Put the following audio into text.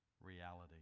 reality